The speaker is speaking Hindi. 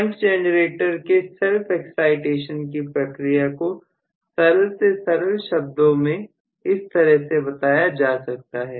शंट जेनरेटर के self excitation की प्रक्रिया को सरल से सरल शब्दों में इस तरह से बताया जा सकता है